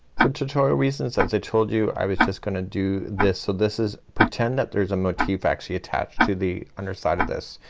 for tutorial reasons as i told you i was just gonna do this. so this is, pretend that there's a motif actually attached to the underside of this.